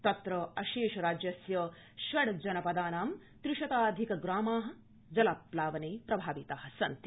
तत्र अशेष राज्यस्य षड्जनपदानां त्रिशताधिकग्रामा जलाप्लवेन प्रभाविता सन्ति